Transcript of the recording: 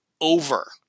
over